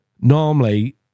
normally